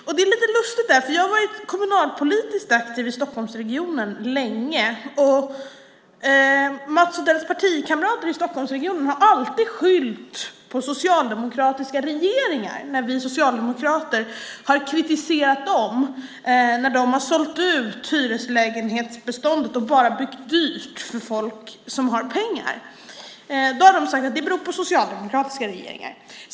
Jag var länge kommunalpolitiskt aktiv i Stockholmsregionen, och Mats Odells partikamrater i Stockholmsregionen har alltid skyllt på socialdemokratiska regeringar när vi socialdemokrater har kritiserat dem när de har sålt ut beståndet av hyreslägenheter och bara byggt dyrt för folk som har pengar. Då har de sagt att det beror på socialdemokratiska regeringar.